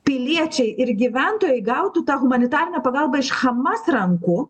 piliečiai ir gyventojai gautų tą humanitarinę pagalbą iš hamas rankų